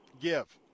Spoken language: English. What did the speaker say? give